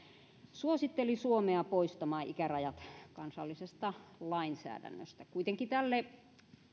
suositteli suomea poistamaan ikärajat kansallisesta lainsäädännöstä kuitenkin tälle